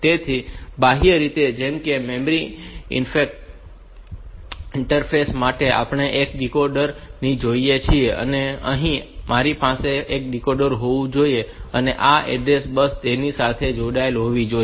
તેથી બાહ્ય રીતે જેમ કે મેમરી ઈન્ટરફેસ માટે આપણે એક ડીકોડર ને જોડીએ છીએ અને અહીં પણ મારી પાસે ડીકોડર હોવું જોઈએ અને આ એડ્રેસ બસ તેની સાથે જોડાયેલ હોવી જોઈએ